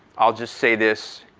i'll just say this,